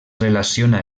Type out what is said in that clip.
relaciona